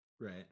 Right